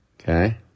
Okay